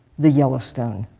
the yellowstone.